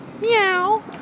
Meow